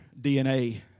DNA